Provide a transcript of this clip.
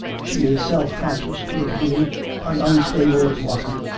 she is self-conscious to a degree and unstable as water.